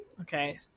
Okay